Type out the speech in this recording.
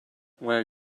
where